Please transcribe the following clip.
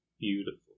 Beautiful